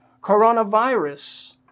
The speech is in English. coronavirus